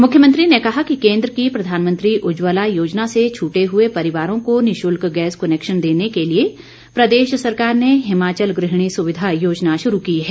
मुख्यमंत्री ने कहा कि कोन्द्र की प्रधानमंत्री उज्जवला योजना से छूटे हुए परिवारों को निशुल्क गैस कुनैक्शन देने के लिए प्रदेश सरकार ने हिमाचल गृहिणी सुविधा योजना शुरू की है